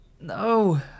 No